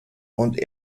und